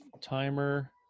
timer